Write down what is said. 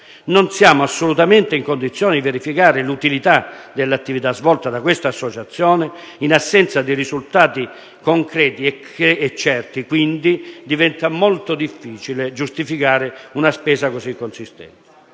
Non siamo assolutamente in condizioni di verificare l'utilità dell'attività svolta da questa associazione. In assenza di risultati concreti e certi, quindi, diventa molto difficile giustificare una spesa così consistente.